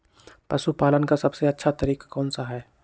पशु पालन का सबसे अच्छा तरीका कौन सा हैँ?